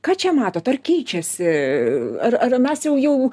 ką čia matot ar keičiasi ar ar mes jau jau